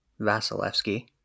Vasilevsky